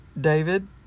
David